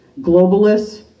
globalists